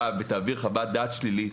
תעביר חוות דעת שלילית,